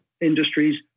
industries